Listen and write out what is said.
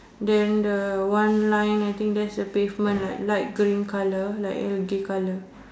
then the one line I think that's the pavement like light green colour like algae colour